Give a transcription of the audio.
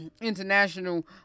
international